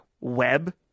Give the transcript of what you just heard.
web